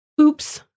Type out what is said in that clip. oops